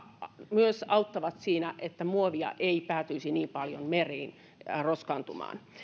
myös auttavat siinä että muovia ei päätyisi niin paljon meriin roskaamaan